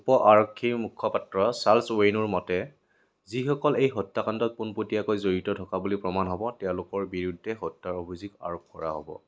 উপ আৰক্ষীৰ মুখপাত্ৰ চাৰ্লছ ওৱেইনৰ মতে যিসকল এই হত্যাকাণ্ডত পোনপটীয়াকৈ জড়িত থকা বুলি প্ৰমাণ হ'ব তেওঁলোকৰ বিৰুদ্ধে হত্যাৰ অভিযোগ আৰোপ কৰা হ'ব